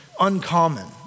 uncommon